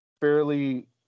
fairly